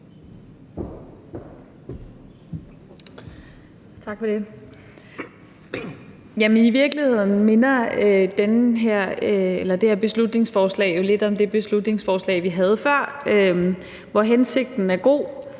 I virkeligheden minder det her beslutningsforslag jo lidt om det beslutningsforslag, vi havde før, hvor hensigten er god,